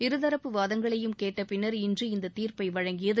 இருதரப்பு வாதங்களையும் கேட்ட பின்னர் இன்று இந்த தீர்ப்பை வழங்கியது